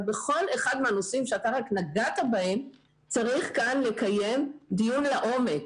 אבל בכל אחד מהנושאים שאתה רק נגעת בהם צריך כאן לקיים דיון לעומק,